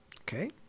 okay